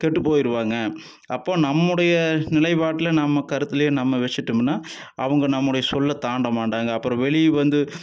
கெட்டு போயிடுவாங்க அப்போது நம்முடைய நிலைப்பாட்டில் நம்ம கருத்துலேயே நம்ம வச்சுட்டோம்னா அவங்க நம்முடைய சொல்லை தாண்டமாட்டாங்க அப்புறம் வெளியே வந்து